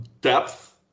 depth